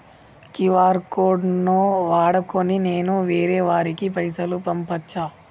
QR code ను వాడుకొని నేను వేరే వారికి పైసలు పంపచ్చా?